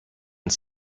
and